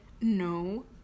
No